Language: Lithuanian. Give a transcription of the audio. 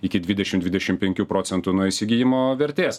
iki dvidešim dvidešim penkių procentų nuo įsigijimo vertės